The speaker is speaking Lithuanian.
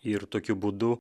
ir tokiu būdu